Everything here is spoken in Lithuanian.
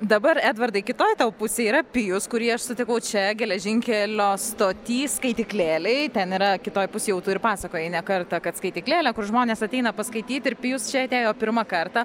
dabar edvardai kitoj tau pusėj yra pijus kurį aš sutikau čia geležinkelio stoty skaityklėlėj ten yra kitoje pusėj jau tu ir pasakojai ne kartą kad skaityklėlė kur žmonės ateina paskaityt ir pijus čia atėjo pirmą kartą